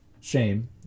shame